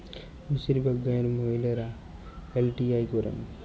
বেশিরভাগ গাঁয়ের মহিলারা এল.টি.আই করেন